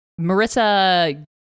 Marissa